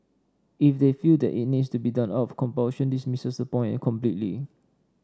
if they feel that it needs to be done out of compulsion this misses the point completely